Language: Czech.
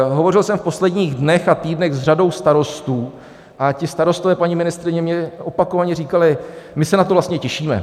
Hovořil jsem v posledních dnech a týdnech s řadou starostů a ti starostové, paní ministryně, mě opakovaně říkali: My se na to vlastně těšíme.